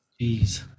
Jeez